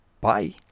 Bye